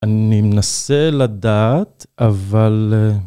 אני מנסה לדעת, אבל...